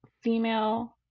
female